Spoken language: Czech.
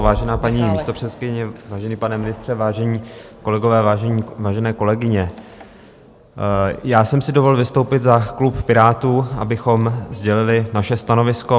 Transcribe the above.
Vážená paní místopředsedkyně, vážený pane ministře, vážení kolegové, vážené kolegyně, já jsem si dovolil vystoupit za klub Pirátů, abychom sdělili naše stanovisko.